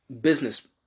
business